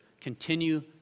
Continue